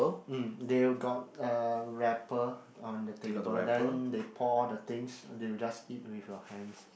mm they will got a wrapper on the table then they pour all things then you just eat with your hands